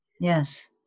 Yes